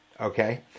okay